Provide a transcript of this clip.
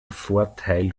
vorteil